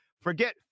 Forget